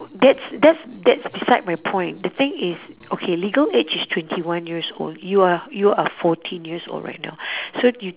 that's that's that's beside my point the thing is okay legal age is twenty one years old you are you are fourteen years old right now so you